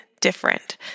different